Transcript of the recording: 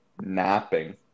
napping